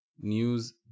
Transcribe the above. news